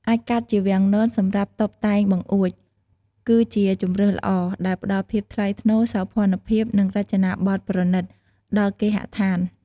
អាចកាត់ជាវាំងននសម្រាប់តុបតែងបង្អួច គឺជាជម្រើសល្អ ដែលផ្តល់ភាពថ្លៃថ្នូរ សោភ័ណភាព និងរចនាបថប្រណិត ដល់គេហដ្ឋាន។